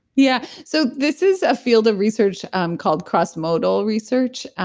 yeah, so this is a field of research um called cross modal research.